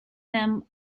them